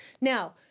Now